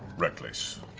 reckless.